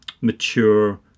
mature